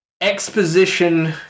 exposition